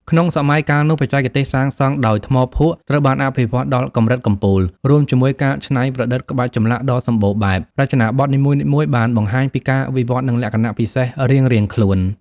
ក្នុងសម័យកាលនោះ បច្ចេកទេសសាងសង់ដោយ ថ្មភក់ ត្រូវបានអភិវឌ្ឍដល់កម្រិតកំពូល រួមជាមួយការច្នៃប្រឌិតក្បាច់ចម្លាក់ដ៏សម្បូរបែប រចនាបថនីមួយៗបានបង្ហាញពីការវិវត្តន៍ និងលក្ខណៈពិសេសរៀងៗខ្លួន។